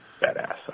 badass